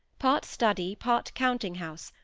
part study, part counting house,